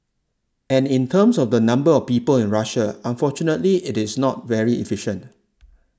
and in terms of the number of people in Russia unfortunately it is not very efficient